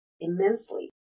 immensely